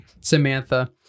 samantha